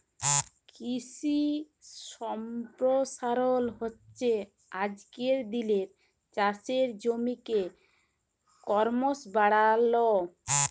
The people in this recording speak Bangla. কিশি সম্পরসারল হচ্যে আজকের দিলের চাষের জমিকে করমশ বাড়াল